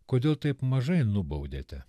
kodėl taip mažai nubaudėte